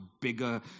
bigger